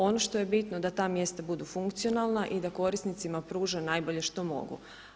Ono što je bitno da ta mjesta budu funkcionalna i da korisnicima pruže najbolje što mogu.